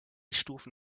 stufen